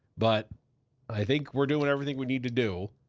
but i think we're doing everything we need to do.